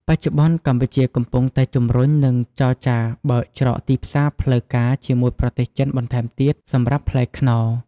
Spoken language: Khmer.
បច្ចុប្បន្ន កម្ពុជាកំពុងតែជំរុញ និងចរចាបើកច្រកទីផ្សារផ្លូវការជាមួយប្រទេសចិនបន្ថែមទៀតសម្រាប់ផ្លែខ្នុរ។